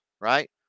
right